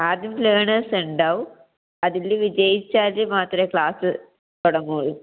ആദ്യം ലേണേഴ്സ് ഉണ്ടാകും അതില് വിജയിച്ചാല് മാത്രമെ ക്ലാസ് തുടങ്ങുകയുള്ളു